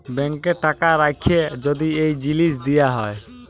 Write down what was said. ব্যাংকে টাকা রাখ্যে যদি এই জিলিস দিয়া হ্যয়